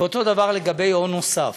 אותו דבר לגבי הון נוסף.